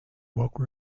woke